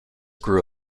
grew